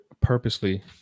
purposely